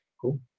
Cool